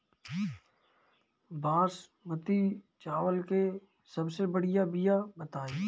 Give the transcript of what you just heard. बासमती चावल के सबसे बढ़िया बिया बताई?